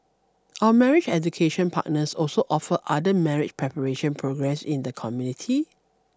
our marriage education partners also offer other marriage preparation programmes in the community